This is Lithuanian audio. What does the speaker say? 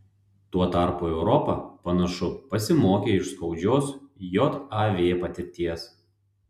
tuo tarpu europa panašu pasimokė iš skaudžios jav patirties